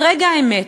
ברגע האמת,